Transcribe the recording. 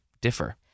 differ